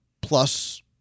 plus